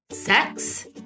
Sex